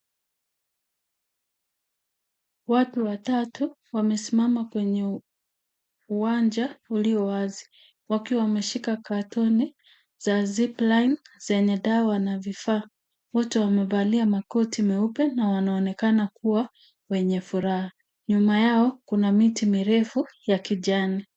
Watu watatu, wamesimama kwenye uwanja uliowazi. Wakiwa wameshika katoni za zipline zenye dawa na vifaa. Wote wamevalia makoti meupe na wanaonekana kuwa wenye furaha. Nyuma yao kuna miti mirefu ya kijani.